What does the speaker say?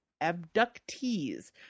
abductees